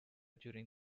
during